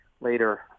later